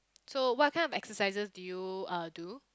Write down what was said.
so what kind of exercises do you uh do